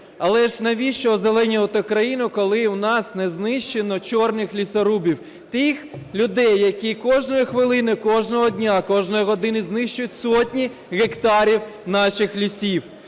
Але ж навіщо озеленювати країну, коли у нас не знищено "чорних лісорубів" - тих людей, які кожної хвилини, кожного дня, кожної години знищують сотні гектарів наших лісів?